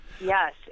Yes